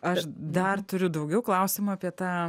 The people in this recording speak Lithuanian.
aš dar turiu daugiau klausimų apie tą